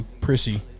prissy